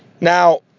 Now